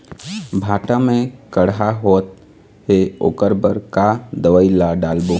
भांटा मे कड़हा होअत हे ओकर बर का दवई ला डालबो?